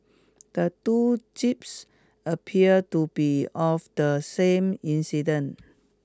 the two appear to be of the same incident